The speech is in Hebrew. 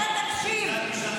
אתה תקשיב.